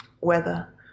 weather